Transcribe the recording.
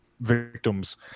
victims